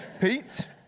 Pete